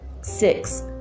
six